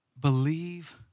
Believe